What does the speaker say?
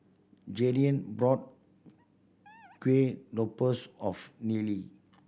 Jadyn brought Kuih Lopes of Nellie